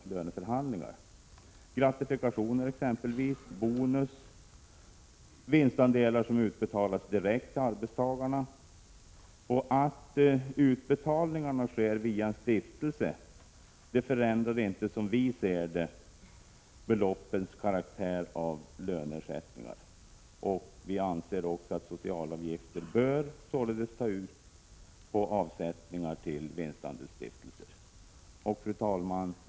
Exempel på sådana är gratifikationer, bonus och vinstandelar som utbetalas direkt till arbetstagaren. Att utbetalningarna sker via en stiftelse förändrar inte beloppens karaktär av löneersättningar. Vi anser således att socialavgifter bör tas ut på avsättningar till vinstandelsstiftelse. — Prot. 1986/87:135 Fru talman!